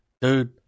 Dude